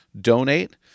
donate